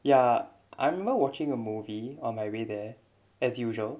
ya I remember watching a movie on my way there as usual